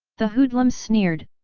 the hoodlums sneered,